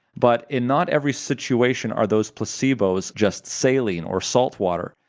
but in not every situation are those placebos just saline or salt water.